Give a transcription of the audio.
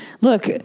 Look